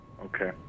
Okay